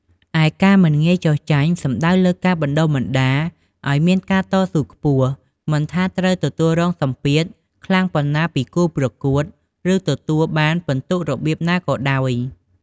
ឯការមិនងាយចុះចាញ់សំដៅលើការបណ្ដុះបណ្ដាលឲ្យមានការតស៊ូខ្ពស់ មិនថាត្រូវទទួលរងសម្ពាធខ្លាំងប៉ុណ្ណាពីគូប្រកួត ឬទទួលបានពិន្ទុរបៀបណាក៏ដោយ។